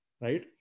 right